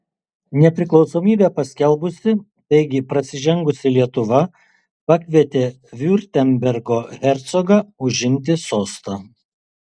nepriklausomybę paskelbusi taigi prasižengusi lietuva pakvietė viurtembergo hercogą užimti sostą